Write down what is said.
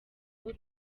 uwo